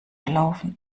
gelaufen